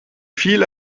viel